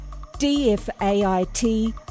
DFAIT